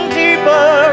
deeper